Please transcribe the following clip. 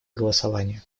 голосования